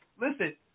Listen